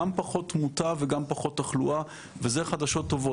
גם פחות תמותה וגם פחות תחלואה וזה חדשות טובות,